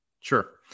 Sure